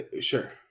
Sure